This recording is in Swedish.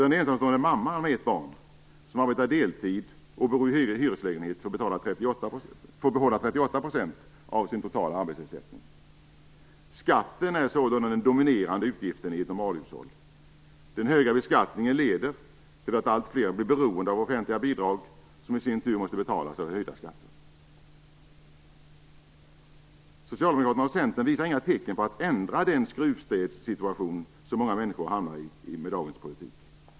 Den ensamstående mamman, med ett barn, som arbetar deltid och bor i hyreslägenhet får behålla 38 % av sin totala arbetsersättning. Skatten är sålunda den dominerande utgiften i ett normalhushåll. Den höga beskattningen leder till att allt fler blir beroende av offentliga bidrag, som i sin tur betalas av höjda skatter. Socialdemokraterna och Centern visar inga tecken på att ändra den skruvstädssituation som många svenskar hamnar i med dagens politik.